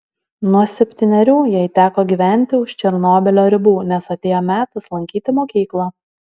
nuo septynerių jai teko gyventi už černobylio ribų nes atėjo metas lankyti mokyklą